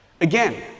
Again